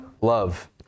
love